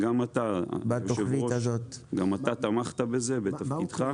וגם אתה אדוני היו"ר, גם אתה תמכת בזה בתפקידך.